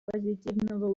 позитивного